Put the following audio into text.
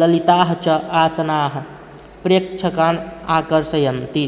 ललिताः च आसनाः प्रेक्षकान् आकर्षयन्ति